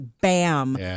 bam